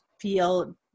feel